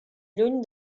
lluny